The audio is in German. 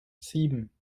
sieben